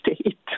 state